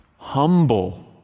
Humble